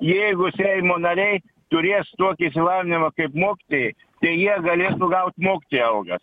jeigu seimo nariai turės tokį išsilavinimą kaip mokytojai tai jie galės gaut mokytojų algas